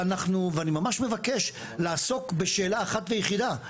ואני ממש מבקש לעסוק בשאלה אחת ויחידה.